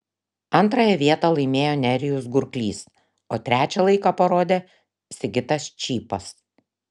antrąją vietą laimėjo nerijus gurklys o trečią laiką parodė sigitas čypas